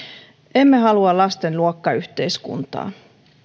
emme halua lasten luokkayhteiskuntaa